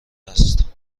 هست